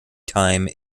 time